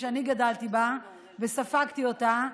כפי שאני גדלתי בה וספגתי אותה,